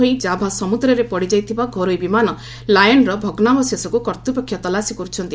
ହୋଇ କାଭା ସମୁଦ୍ରରେ ପଡ଼ିଯାଇଥିବା ଘରୋଇ ବିମାନ 'ଲାୟନ୍'ର ଭଗ୍ରାବଶେଷକୁ କର୍ତ୍ତ୍ୱପକ୍ଷ ତଲାସୀ କରୁଛନ୍ତି